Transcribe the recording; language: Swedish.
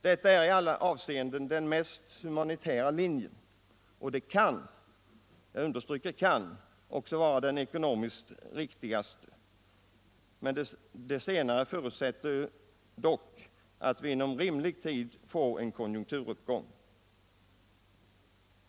Det är i alla avseenden den mest humanitära linjen, och jag vill understryka att det också kan vara den ekonomiskt riktigaste. Det senare förutsätter dock att vi inom rimlig tid får en konjunkturuppgång.